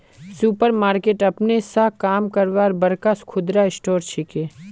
super market अपने स काम करवार बड़का खुदरा स्टोर छिके